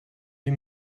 die